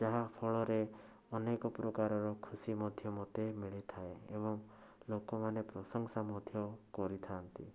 ଯାହାଫଳରେ ଅନେକ ପ୍ରକାରର ଖୁସି ମଧ୍ୟ ମୋତେ ମିଳିଥାଏ ଏବଂ ଲୋକମାନେ ପ୍ରଶଂସା ମଧ୍ୟ କରିଥାନ୍ତି